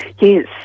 Yes